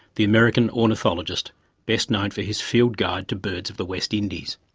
the american ornithologist best known for his field guide to birds of the west indies.